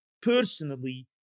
personally